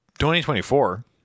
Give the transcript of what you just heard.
2024